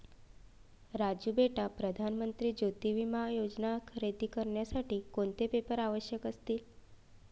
राजू बेटा प्रधान मंत्री ज्योती विमा योजना खरेदी करण्यासाठी कोणते पेपर आवश्यक असतील?